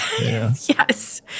Yes